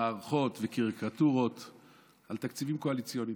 המערכות והקריקטורות על תקציבים קואליציוניים.